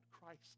Christ